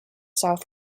south